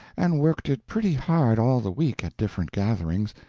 and worked it pretty hard all the week at different gatherings,